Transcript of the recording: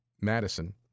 Madison